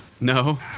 No